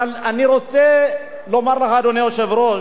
אבל אני רוצה לומר לך, אדוני היושב-ראש,